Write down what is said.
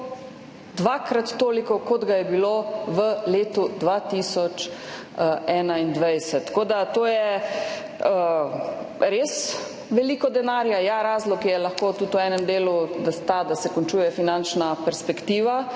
dvakrat toliko, kot ga je bilo v letu 2021. To je res veliko denarja. Ja, razlog je lahko tudi v enem delu ta, da se končuje finančna perspektiva